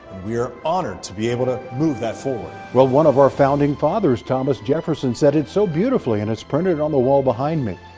we're honored to be able to move that forward. well, one of our founding fathers thomas jefferson said it so beautifully and it's printed on the wall behind me.